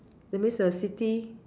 that means the city